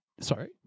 sorry